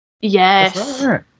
Yes